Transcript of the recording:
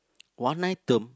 one item